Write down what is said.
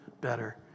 better